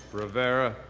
rivera,